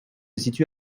situe